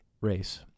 race